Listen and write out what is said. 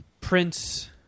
Prince